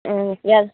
ஏ